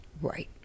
Right